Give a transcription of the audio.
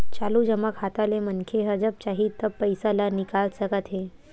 चालू जमा खाता ले मनखे ह जब चाही तब पइसा ल निकाल सकत हे